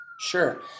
Sure